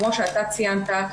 כמו שאתה ציינת,